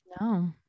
no